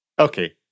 Okay